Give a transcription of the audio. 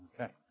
Okay